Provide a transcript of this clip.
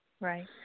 Right